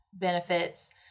benefits